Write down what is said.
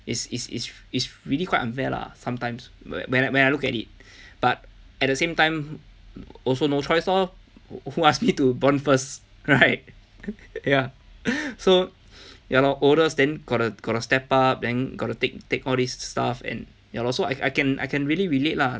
is is is is really quite unfair lah sometimes when I when I look at it but at the same time also no choice lor who asked me to born first right ya so ya lor oldest then gotta gotta step up then got to take take all this stuff and ya lor so I I can I can really relate lah